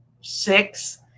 six